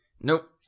Nope